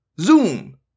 Zoom